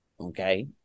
okay